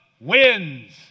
wins